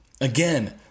again